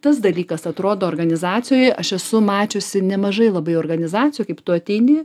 tas dalykas atrodo organizacijoj aš esu mačiusi nemažai labai organizacijų kaip tu ateini